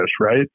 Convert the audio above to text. right